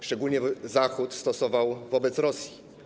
Szczególnie Zachód stosował wobec Rosji.